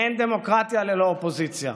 אין דמוקרטיה ללא אופוזיציה.